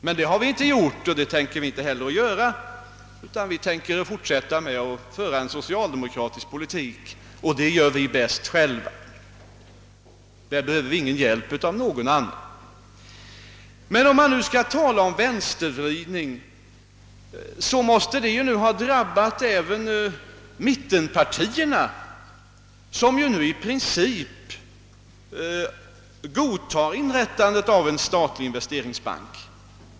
Men det har vi inte gjort och det tänker vi inte heller göra, utan vi tänker fortsätta med en socialdemokratisk politik, och det gör vi bäst själva — där behöver vi ingen hjälp av någon annan. Men om man nu skall tala om vänstervridning, så måste den ha drabbat även mittenpartierna, som ju nu i princip godtar inrättandet av en statlig investeringsbank.